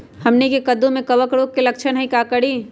हमनी के कददु में कवक रोग के लक्षण हई का करी?